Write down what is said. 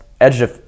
edge